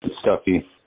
Stuffy